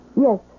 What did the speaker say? Yes